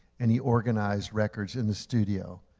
and he organized records in the studio,